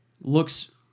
looks